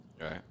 Right